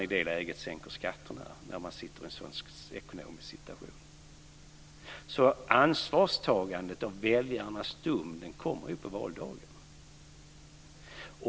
I en sådan ekonomisk situation sänker man skatterna. Ansvarstagandet och väljarnas dom kommer på valdagen.